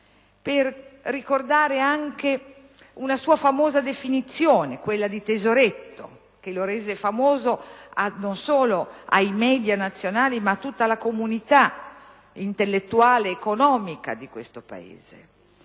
per ricordare anche una sua famosa definizione, quella di "tesoretto", che lo rese famoso non solo ai *media* nazionali, ma a tutta la comunità intellettuale economica di questo Paese.